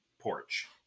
porch